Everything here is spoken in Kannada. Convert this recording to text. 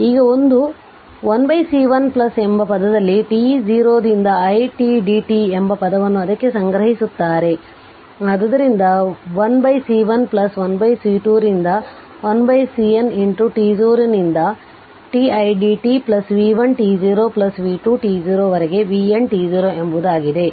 ಈಗ ಒಂದು 1C1 ಎಂಬ ಪದದಲ್ಲಿ t0 ರಿಂದ it dt ಎಂಬ ಪದವನ್ನು ಅದಕ್ಕೆ ಸಂಗ್ರಹಿಸುತ್ತಾರೆ ಆದ್ದರಿಂದ 1C1 1C2 ರಿಂದ 1CN t0 ನಿಂದ t it dt v1 t0 v2 t0 ವರೆಗೆ vn t0 ಎಂಬುದಾಗಿದೆ